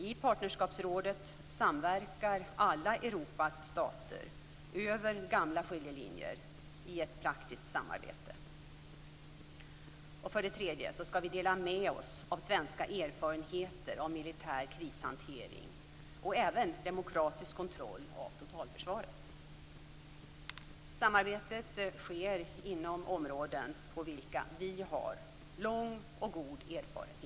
I Partnerskapsrådet samverkar alla Europas stater över gamla skiljelinjer i ett praktiskt samarbete. För det tredje: Vi skall dela med oss av svenska erfarenheter av militär krishantering och även demokratisk kontroll av totalförsvaret. Samarbetet sker inom områden på vilka vi har lång och god erfarenhet.